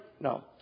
No